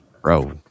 bro